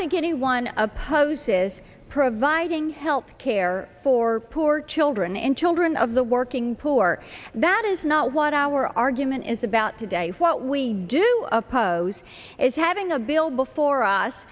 think anyone opposes providing health care for poor children and children of the working poor that is not what our argument is about today what we do oppose is having a bill before us